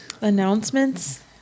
Announcements